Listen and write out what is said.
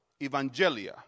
evangelia